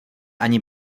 ani